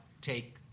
take